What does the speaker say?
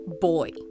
boy